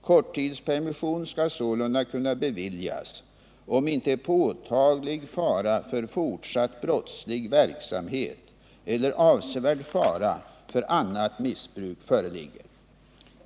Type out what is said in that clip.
Korttidspermission skall sålunda kunna beviljas, om inte påtaglig fara för fortsatt brottslig verksamhet eller avsevärd fara för annat missbruk föreligger.